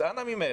אנא ממך,